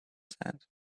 sand